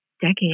decade